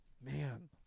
Man